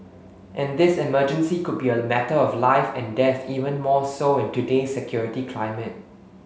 and this emergency could be a matter of life and death even more so in today's security climate